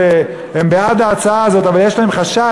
שהם בעד ההצעה הזאת אבל יש להם חשש,